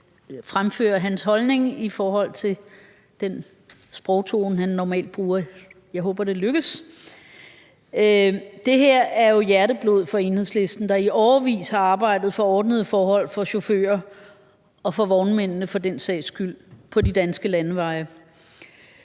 fremføre hans holdning med den sproglige tone, han normalt har – jeg håber, det lykkes. Det her er jo hjerteblod for Enhedslisten, der i årevis har arbejdet for ordnede forhold for chauffører – og for vognmændene for den sags skyld – på de danske landeveje.